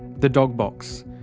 the dog box.